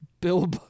Bill